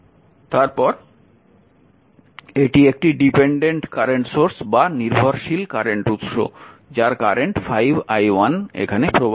তারপর এটি একটি নির্ভরশীল কারেন্ট উৎস যার কারেন্ট 5i1 এখানে প্রবাহিত হচ্ছে